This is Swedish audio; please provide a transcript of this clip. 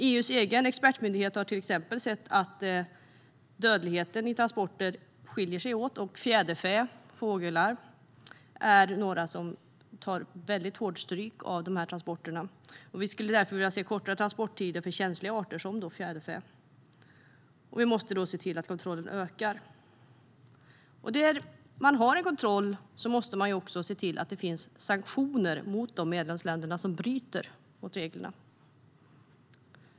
EU:s egen expertmyndighet har exempelvis sett att dödligheten vid transporter skiljer sig åt. Fjäderfän, fåglar, är några som tar mycket stryk i dessa transporter. Därför vill vi se kortare transporttider för känsliga arter, såsom fjäderfä. Vi måste se till att kontrollerna ökar. Om man har en kontroll måste man också se till att det finns sanktioner mot de medlemsländer som bryter mot reglerna.